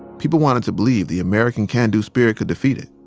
people wanted to believe the american can-do spirit could defeat it.